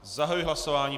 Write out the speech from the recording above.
Zahajuji hlasování.